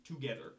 together